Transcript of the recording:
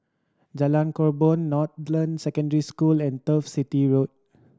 Jalan Korban Northland Secondary School and Turf City Road